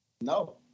No